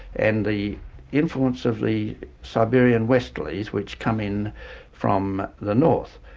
and the influence of the siberian westerlies which come in from the north.